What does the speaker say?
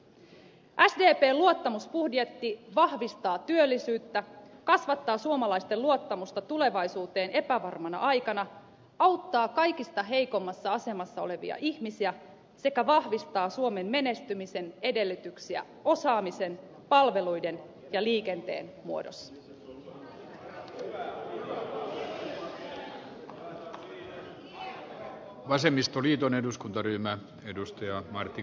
sdpn luottamusbudjetti vahvistaa työllisyyttä kasvattaa suomalaisten luottamusta tulevaisuuteen epävarmana aikana auttaa kaikista heikoimmassa asemassa olevia ihmisiä sekä vahvistaa suomen menestymisen edellytyksiä osaamisen palveluiden ja liikenteen muodossa